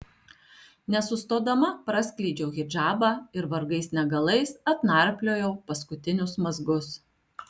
nesustodama praskleidžiau hidžabą ir vargais negalais atnarpliojau paskutinius mazgus